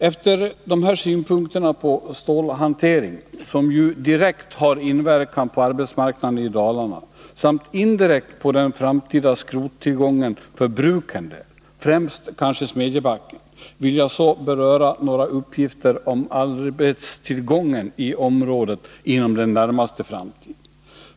Efter dessa synpunkter på stålhanteringen, som ju direkt har inverkan på arbetsmarknaden i Dalarna samt indirekt på den framtida skrottillgången för bruken, kanske främst i Smedjebacken, vill jag så beröra några uppgifter om arbetstillgången i området inom den närmaste framtiden.